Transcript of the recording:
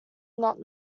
not